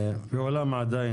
ואולם עדיין,